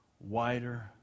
wider